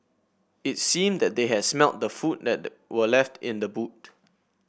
it seemed that they had smelt the food that the were left in the boot